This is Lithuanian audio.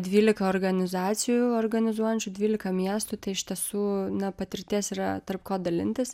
dvylika organizacijų organizuojančių dvylika miestų tai iš tiesų na patirties yra tarp ko dalintis